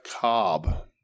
Cobb